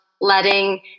letting